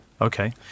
Okay